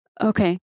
Okay